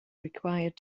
required